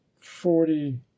forty